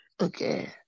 okay